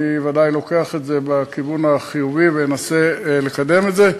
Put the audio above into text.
אני ודאי לוקח את זה בכיוון החיובי ואנסה לקדם את זה.